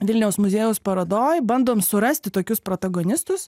vilniaus muziejaus parodoj bandom surasti tokius protagonistus